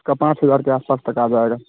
इसका पाँच हज़ार के आस पास तक का आ जाएगा